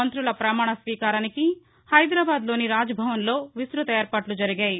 మంత్రుల పమాణ స్వీకారానికి హైదరాబాద్ లోని రాజ భవన్ లో విస్తృత ఎర్పాట్లు జరిగాయి